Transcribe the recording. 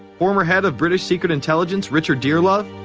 former head of british secret intelligence richard dearlove,